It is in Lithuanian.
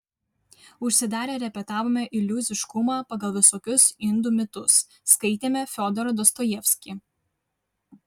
užsidarę repetavome iliuziškumą pagal visokius indų mitus skaitėme fiodorą dostojevskį